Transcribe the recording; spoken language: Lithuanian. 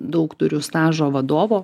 daug turiu stažo vadovo